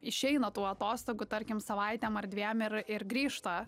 išeina tų atostogų tarkim savaitėm ar dviem ir ir grįžta